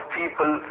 people